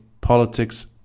politics